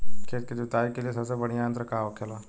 खेत की जुताई के लिए सबसे बढ़ियां यंत्र का होखेला?